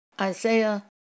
Isaiah